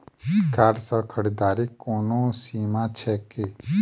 Card सँ खरीददारीक कोनो सीमा छैक की?